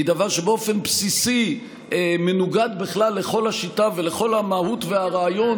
הוא דבר שבאופן בסיסי מנוגד לכל השיטה ולכל המהות והרעיון